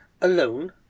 alone